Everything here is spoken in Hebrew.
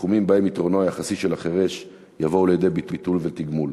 בתחומים שבהם יתרונו היחסי של החירש יבוא לידי ביטוי ותגמול.